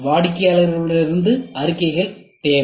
வாடிக்கையாளரிடமிருந்து அறிக்கைகள் தேவை